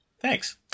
Thanks